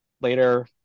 later